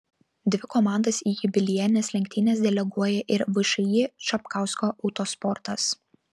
dvi komandas į jubiliejines lenktynes deleguoja ir všį čapkausko autosportas